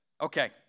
Okay